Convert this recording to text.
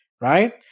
right